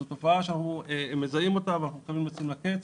זו תופעה שאנחנו מזהים אותה ואנחנו חייבים לשים לה קץ.